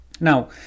now